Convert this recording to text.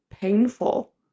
painful